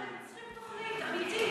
אבל הם צריכים תוכנית אמיתית,